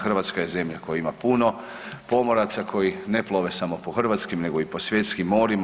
Hrvatska je zemlja koja ima puno pomoraca koji ne plove samo po hrvatskim, nego i po svjetskim morima.